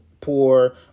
poor